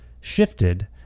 shifted